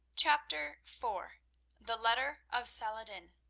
chapter four the letter of saladin